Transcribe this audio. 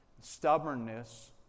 Stubbornness